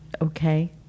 Okay